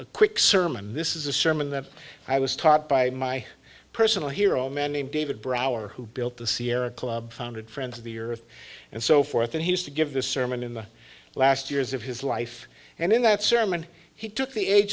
a quick sermon this is a sermon that i was taught by my personal hero a man named david brower who built the sierra club founded friends of the earth and so forth and he used to give the sermon in the last years of his life and in that sermon he took the age